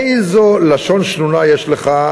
איזו לשון שנונה יש לך,